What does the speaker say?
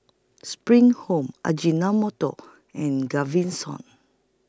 SPRING Home Ajinomoto and Gaviscon